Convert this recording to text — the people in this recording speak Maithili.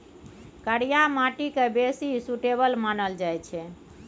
करिया माटि केँ बेसी सुटेबल मानल जाइ छै